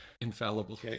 infallible